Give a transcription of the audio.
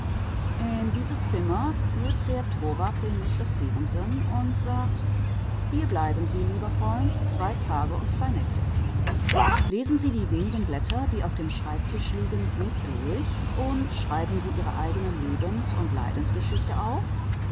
in dieses zimmer führt der torwart den mister stefenson und sagt hier bleiben sie lieber freund zwei tage und zwei nächte lesen sie die wenigen blätter die auf dem schreibtisch liegen gut durch und schreiben sie ihre eigene lebensund leidensgeschichte auf